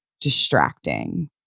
distracting